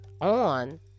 on